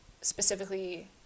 specifically